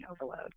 overload